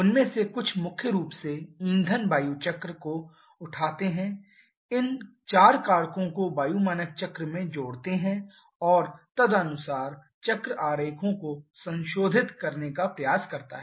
उनमें से कुछ मुख्य रूप से ईंधन वायु चक्र को उठाते हैं इन चार कारकों को वायु मानक चक्र में जोड़ते है और तदनुसार चक्र आरेखों को संशोधित करने का प्रयास करता है